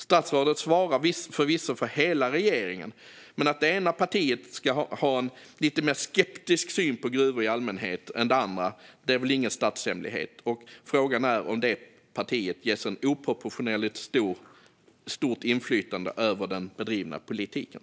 Statsrådet svarar förvisso för hela regeringen, men att det ena partiet har en lite mer skeptisk syn på gruvor i allmänhet än det andra är väl inte någon statshemlighet. Frågan är om detta parti ges ett oproportionerligt stort inflytande över den bedrivna politiken.